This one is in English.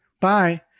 Bye